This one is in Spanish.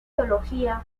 teología